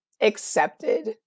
accepted